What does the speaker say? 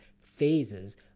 phases